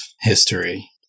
history